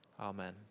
Amen